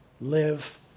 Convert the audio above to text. live